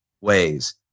ways